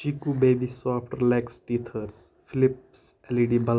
Chicco baby soft relax teethers, Philips L